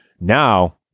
Now